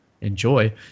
enjoy